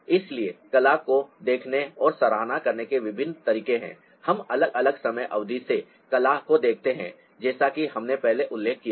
इसलिए कला को देखने और सराहना करने के विभिन्न तरीके हैं हम अलग अलग समय अवधि से कला को देखते हैं जैसा कि हमने पहले उल्लेख किया है